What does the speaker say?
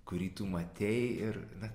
kurį tu matei ir na